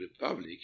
republic